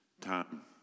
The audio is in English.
time